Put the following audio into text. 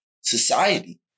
society